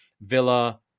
Villa